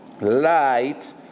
light